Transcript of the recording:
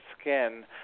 skin